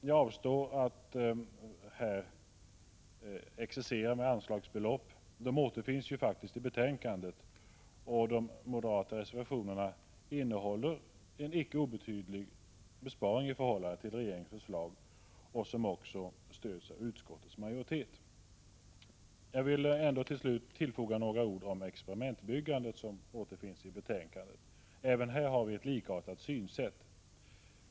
Jag avstår från att här exercera med anslagsbelopp. De återfinns i betänkandet, och de moderata reservationerna innebär en icke obetydlig besparing i förhållande till regeringens förslag, som stöds av utskottsmajoriteten. Jag vill till slut säga några ord om experimentbyggandet. Även här har vi ett likartat synsätt.